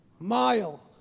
mile